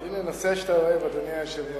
הנה נושא שאתה אוהב, אדוני היושב-ראש.